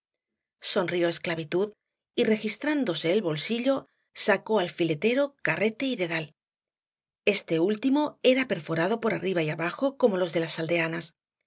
sonrió esclavitud y registrándose el bolsillo sacó alfiletero carrete dedal este último era perforado por arriba y abajo como los de las aldeanas